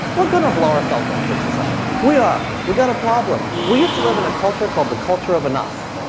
we're going to blow ourselves up in society. we are. we've got a problem. we used to live in a culture called the culture of enough.